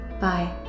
Bye